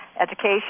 education